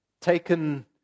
taken